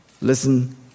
Listen